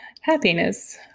happiness